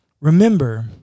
remember